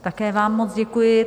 Také vám moc děkuji.